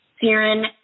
Siren